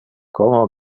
como